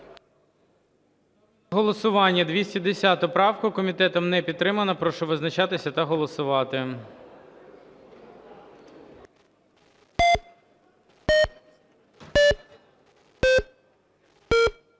голосування правку 111. Комітетом не підтримана. Прошу визначатись та голосувати.